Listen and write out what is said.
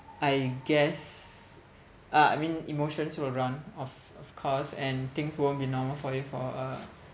I guess uh I mean emotions will run of of course and things won't be normal forty for a